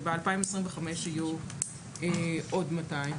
בשנת 2025 יהיו עוד 200,